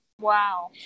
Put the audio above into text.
Wow